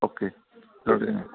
okay തേർട്ടീനോ